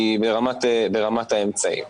היא ברמת האמצעים.